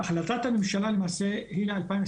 החלטת הממשלה למעשה היא ל-2021,